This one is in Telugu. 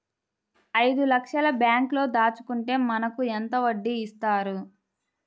ఐదు లక్షల బ్యాంక్లో దాచుకుంటే మనకు ఎంత వడ్డీ ఇస్తారు?